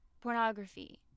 pornography